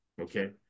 Okay